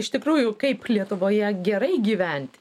iš tikrųjų kaip lietuvoje gerai gyventi